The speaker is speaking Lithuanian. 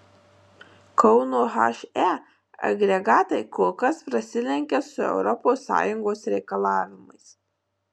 kauno he agregatai kol kas prasilenkia su europos sąjungos reikalavimais